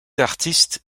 artiste